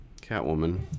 Catwoman